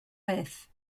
fyth